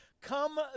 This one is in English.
Come